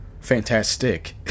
Fantastic